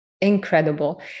Incredible